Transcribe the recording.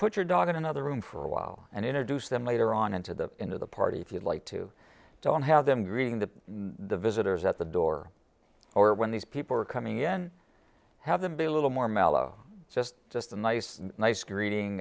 put your dog in another room for a while and introduce them later on into the into the party if you'd like to don't have them greeting to the visitors at the door or when these people are coming in have them be a little more mellow just just a nice nice greeting